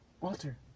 Walter